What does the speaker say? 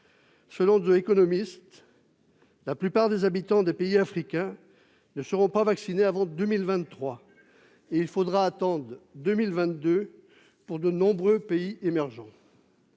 Selon, la plupart des habitants des pays africains ne seront pas vaccinés avant 2023, et il faudra attendre 2022 pour ceux de nombreux pays émergents.